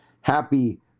Happy